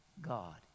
God